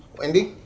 wendy.